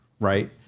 right